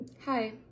Hi